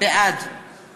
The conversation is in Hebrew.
בעד